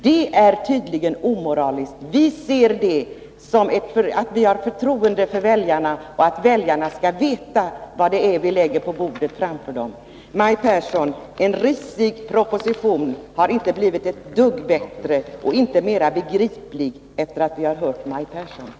Det är tydligen omoraliskt. Men vi ser det så att vi har förtroende för väljarna, och väljarna skall veta vad det är vi lägger på bordet framför dem. Maj Pehrsson! En risig proposition har inte blivit ett dugg bättre och inte mera begriplig efter att vi har hört Maj Pehrsson.